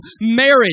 marriage